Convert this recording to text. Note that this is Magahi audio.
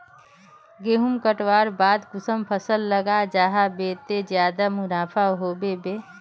गेंहू कटवार बाद कुंसम फसल लगा जाहा बे ते ज्यादा मुनाफा होबे बे?